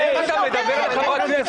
ואתה הצבוע.